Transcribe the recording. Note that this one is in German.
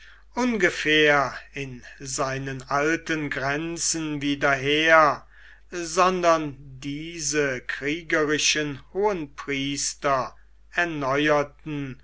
ungefähr in seinen alten grenzen wieder her sondern diese kriegerischen hohenpriester erneuerten